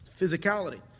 physicality